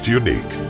unique